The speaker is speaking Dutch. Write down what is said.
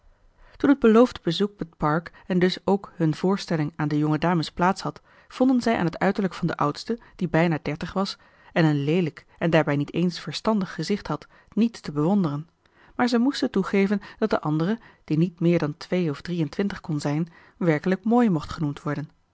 toen het beloofde bezoek op het park en dus ook hun voorstelling aan de jonge dames plaats had vonden zij aan het uiterlijk van de oudste die bijna dertig was en een leelijk en daarbij niet eens verstandig gezicht had niets te bewonderen maar zij moesten toegeven dat de andere die niet meer dan twee of drie en twintig kon zijn werkelijk mooi mocht genoemd worden